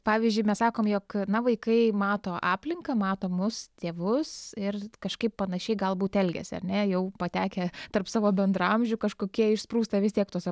pavyzdžiui mes sakome jog na vaikai mato aplinką mato mus tėvus ir kažkaip panašiai galbūt elgiasi ar ne jau patekę tarp savo bendraamžių kažkokie išsprūsta vis tiek tos